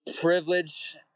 Privilege